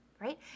right